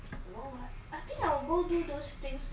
eh in singapore can do bungee jumping or not